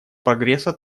прогресса